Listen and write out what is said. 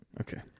Okay